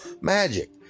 magic